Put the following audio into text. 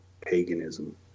paganism